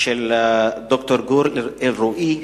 של ד"ר גור אלרואי,